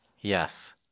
Yes